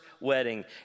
wedding